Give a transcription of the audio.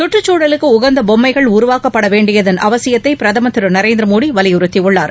சுற்றுச்சுழலுக்கு உகந்த பொம்மைகள் உருவாக்கப்பட வேண்டியதன் அவசியத்தை பிரதமர் திரு நரேந்திரமோடி வலியுறுத்தியுள்ளார்